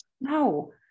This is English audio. no